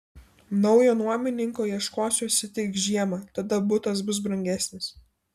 naujo nuomininko ieškosiuosi tik žiemą tada butas bus brangesnis